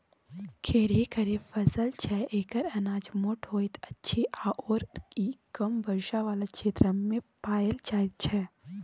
खेरही खरीफ फसल छै एकर अनाज मोट होइत अछि आओर ई कम वर्षा बला क्षेत्रमे पाएल जाइत छै